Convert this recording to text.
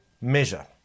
measure